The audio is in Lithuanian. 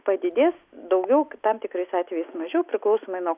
padidės daugiau tam tikrais atvejais mažiau priklausomai nuo